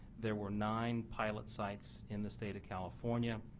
there were nine pilot sites in the state of california.